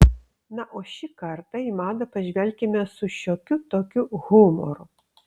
na o šį kartą į madą pažvelkime su šiokiu tokiu humoru